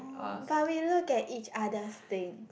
but we look at each other's thing